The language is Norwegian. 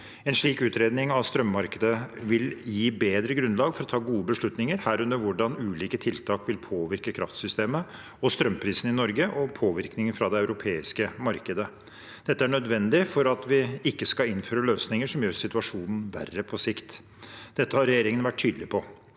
En slik utredning av strømmarkedet vil gi bedre grunnlag for å ta gode beslutninger, herunder hvordan ulike tiltak vil påvirke kraftsystemet og strømprisen i Norge, og påvirkningen fra det europeiske markedet. Dette er nødvendig for at vi ikke skal innføre løsninger som gjør situasjonen verre på sikt. Dette har regjeringen vært tydelig på.